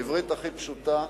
בעברית הכי פשוטה,